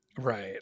Right